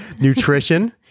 Nutrition